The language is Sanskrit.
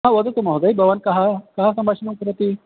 हा वदतु महोदय भवान् कः कः सम्भाषणं करोति